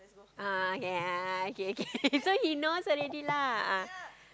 a'ah K a'ah K K so he knows already lah